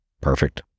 Perfect